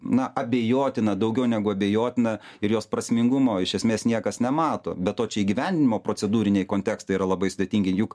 na abejotina daugiau negu abejotina ir jos prasmingumo iš esmės niekas nemato be to čia įgyvendinimo procedūriniai kontekstai yra labai sudėtingi juk